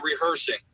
rehearsing